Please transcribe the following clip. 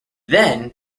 then